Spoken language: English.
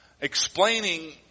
explaining